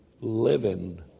living